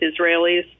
Israelis